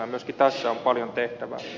myöskin tässä on paljon tehtävää